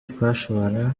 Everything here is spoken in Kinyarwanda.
twashobora